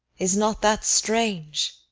is not that strange?